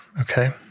Okay